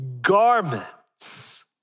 garments